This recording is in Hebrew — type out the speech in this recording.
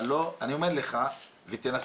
אבל אני אומר לך ותנסה